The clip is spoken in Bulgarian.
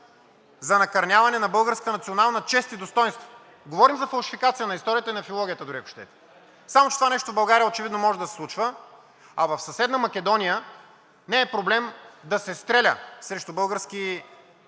за накърняване на българската национална чест и достойнство. Говорим за фалшификация на историята и на филологията дори, ако щете. Само че това нещо в България очевидно може да се случва, а в съседна Македония не е проблем да се стреля срещу български